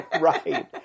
Right